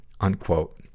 unquote